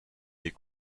des